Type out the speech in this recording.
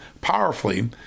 powerfully